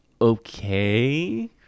okay